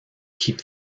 keep